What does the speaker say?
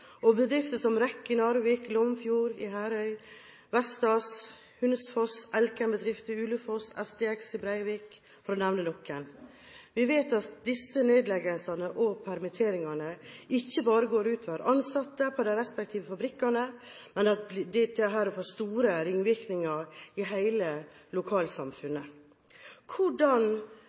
– bedrifter som REC i Narvik, Glomfjord i Herøy, Vestas, Hunsfos, Elkem-bedrift i Ulefoss og STX i Brevik, for å nevne noen. Vi vet at disse nedleggelsene og permitteringene ikke bare går ut over ansatte på de respektive fabrikkene, men at det får store ringvirkninger i hele lokalsamfunnet. Hvordan